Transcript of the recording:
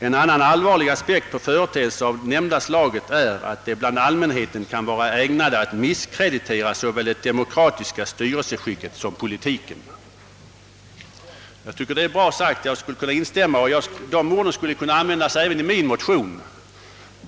——— En annan allvarlig aspekt på företeelser av det nämnda slaget är att de bland allmänheten kan vara ägnade att misskreditera såväl det demokratiska styrelseskicket som politiken.» Jag tycker det är bra sagt, och jag kan instämma däri. Dessa ord skulle kunna användas även i min motion.